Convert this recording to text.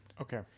Okay